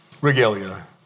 regalia